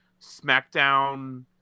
smackdown